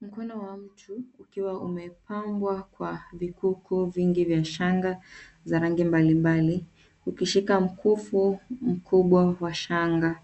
Mkono wa mtu ukiwa umepambwa kwa vikuku vingi vya shanga za rangi mbalimbali ukishika mkufu mkubwa wa shanga.